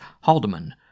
Haldeman